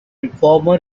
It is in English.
reformer